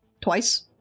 Twice